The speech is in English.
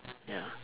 ya